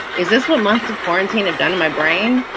is this what months of quarantine have done to my brain?